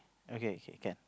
okay okay can